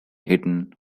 hidden